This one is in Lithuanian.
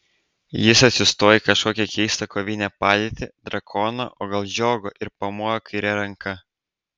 jis atsistojo į kažkokią keistą kovinę padėtį drakono o gal žiogo ir pamojo kaire ranka